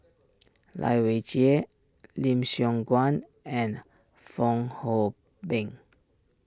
Lai Weijie Lim Siong Guan and Fong Hoe Beng